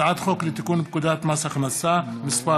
הצעת חוק לתיקון פקודת מס הכנסה (מס'